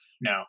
no